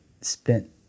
spent